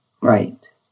Right